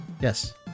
Yes